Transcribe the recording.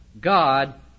God